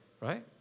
Right